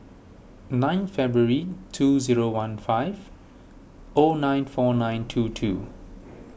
nine February two zero one five O nine four nine two two